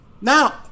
now